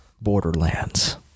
Borderlands